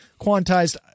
quantized